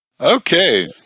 Okay